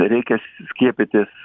reikia skiepytis